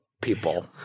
people